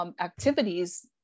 activities